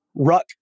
Ruck